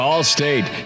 All-State